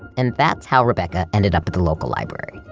and that's how rebecca ended up at the local library,